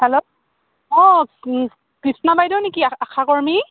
hello অঁ কৃষ্ণা বাইদেউ নেকি আশাকৰ্মী